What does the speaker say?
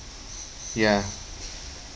ya